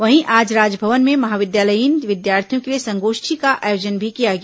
वहीं आज राजभवन में महाविद्यालयीन विद्यार्थियों के लिए संगोष्ठी का आयोजन भी किया गया